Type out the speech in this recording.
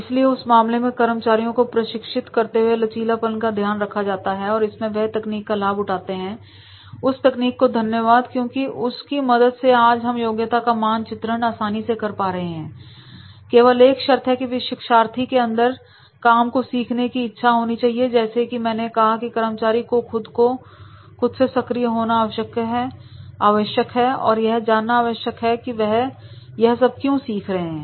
इसलिए उस मामले में कर्मचारियों को प्रशिक्षित करते हुए लचीलापन का ध्यान रखा जाता है और इसमें वे तकनीक का लाभ उठाते हैं उस तकनीक को धन्यवाद क्योंकि उसकी मदद से आज हम योग्यता का मानचित्रण आसानी से कर पा रहे हैं केवल एक शर्त है की शिक्षार्थी के अंदर काम को सीखने की इच्छा होनी चाहिए और जैसा कि मैंने कहा कि कर्मचारी को खुद से सक्रिय होना आवश्यक है और यह जानना आवश्यक है कि वह यह सब क्यों सीख रहे हैं